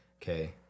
Okay